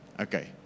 Okay